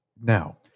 Now